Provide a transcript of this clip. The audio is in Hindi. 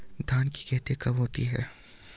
धान की खेती कब होती है?